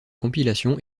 compilation